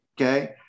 Okay